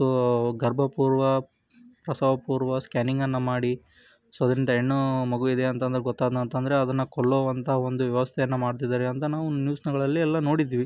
so ಗರ್ಭ ಪೂರ್ವ ಪ್ರಸವ ಪೂರ್ವ ಸ್ಕ್ಯಾನಿಂಗ್ಗನ್ನು ಮಾಡಿ ಸೊ ಅದರಿಂದ ಹೆಣ್ಣು ಮಗು ಇದೆ ಅಂತಂದ್ರೆ ಗೊತ್ತಾದ್ನಂತಂದ್ರೆ ಅದನ್ನು ಕೊಲ್ಲುವಂಥ ಒಂದು ವ್ಯವಸ್ಥೆಯನ್ನು ಮಾಡ್ತಿದ್ದಾರೆ ಅಂತ ನಾವು ನ್ಯೂಸ್ನಗಳಲ್ಲಿ ಎಲ್ಲ ನೋಡಿದ್ದೀವಿ